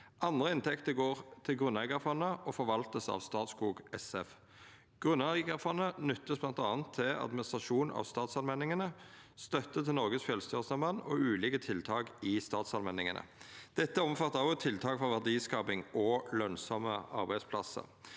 Andre inntekter går til Grunneigarfondet og vert forvalta av Statskog SF. Grunneigarfondet vert bl.a. nytta til administrasjon av statsallmenningane, støtte til Norges Fjellstyresamband og ulike tiltak i statsallmenningane. Dette omfattar òg tiltak for verdiskaping og lønsame arbeidsplassar.